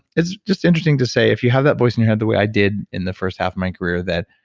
it's just interesting to say, if you have that voice in your head the way i did in the first half of my career that,